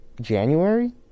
January